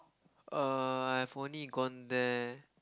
err I have only gone there